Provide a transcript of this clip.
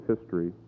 history